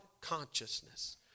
consciousness